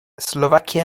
slovakia